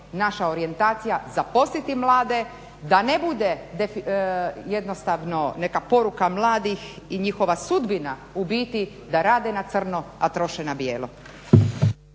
naša orijentacija, zaposliti mlade da ne bude jednostavno neka poruka mladih i njihova sudbina u biti da rade na crno, a troše na bijelo.